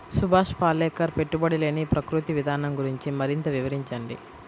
సుభాష్ పాలేకర్ పెట్టుబడి లేని ప్రకృతి విధానం గురించి మరింత వివరించండి